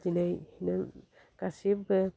दिनै नों गासिबो